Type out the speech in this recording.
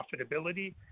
profitability